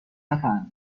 نفهمه